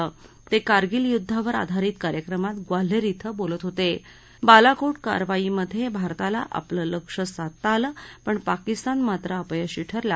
तक्रिारगिल युद्धावर आधारित कार्यक्रमात ग्वाल्हर क्षे बोलत होत विालाकोट कारवाईमध प्रिारताला आपलं लक्ष्य साधता आलं पण पाकिस्तान मात्र अपयशी ठरला